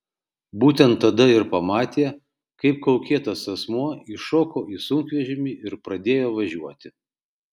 būtent tada ir pamatė kaip kaukėtas asmuo įšoko į sunkvežimį ir pradėjo važiuoti